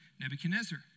Nebuchadnezzar